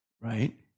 right